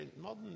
modern